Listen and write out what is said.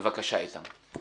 בבקשה, איתן.